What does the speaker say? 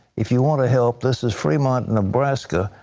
if you want to help this is freemont, nebraska.